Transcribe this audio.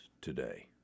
today